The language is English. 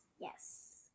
yes